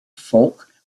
folk